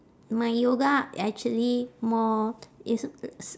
my yoga actually more it's a s~